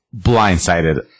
blindsided